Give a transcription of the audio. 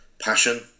passion